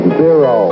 zero